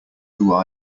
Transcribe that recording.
who